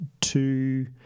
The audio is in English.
two